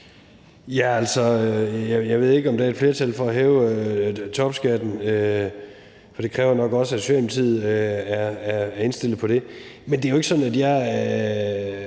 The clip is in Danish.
jeg ved ikke, om der er et flertal for at hæve topskatten, for det kræver nok også, at Socialdemokratiet er indstillet på det. Men det er jo ikke sådan, at jeg